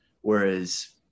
Whereas